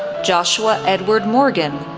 joshua edward morgan,